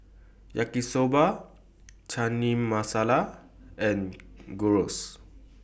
Yaki Soba Chana Masala and Gyros